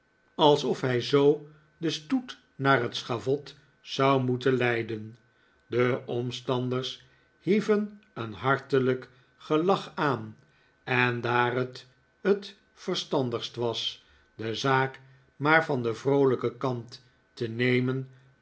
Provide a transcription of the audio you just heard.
alsof hij zoo den stoet naar het schavot zou moeten leiden de omstanders hieven een hartelijk gelach aan en daar het t verstandigst was de zaak maar van den vroolijken kant op te nemen